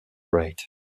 right